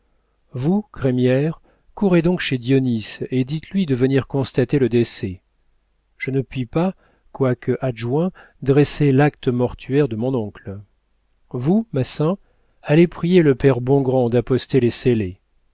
vous crémière courez donc chez dionis et dites-lui de venir constater le décès je ne puis pas quoique adjoint dresser l'acte mortuaire de mon oncle vous massin allez prier le père bongrand d'apposer les